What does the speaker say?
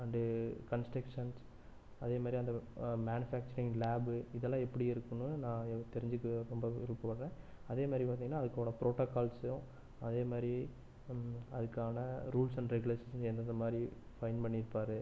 and constructions அதே மாதிரி அந்த மேனுஃபேக்ச்சரிங் லேபு இதெல்லாம் எப்படி இருக்கும்னு நான் தெரிஞ்சிக்க ரொம்ப விருப்பப்படுகிறேன் அதே மாதிரி பார்த்திங்கனா அதுக்கான ப்ரோட்டோக்கால்ஸையும் அதே மாதிரி அதுக்கான ரூல்ஸ் அண்ட் ரெகுலேஷன்ஸ் எந்தெந்த மாதிரி ஃபைண்ட் பண்ணியிருப்பாரு